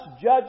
judge